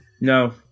No